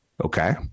Okay